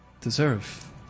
deserve